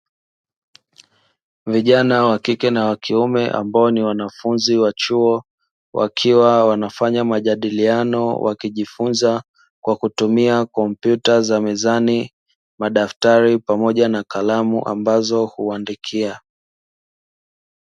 Vijana wa kike na wa kiume ambao ni wanafunzi wa chuo, wakiwa wanafanya majadiliano wakijifunza kwa kutumia kompyuta za mezani, madaftari pamoja na kalamu ambazo huandikia.